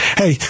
hey